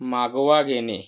मागोवा घेणे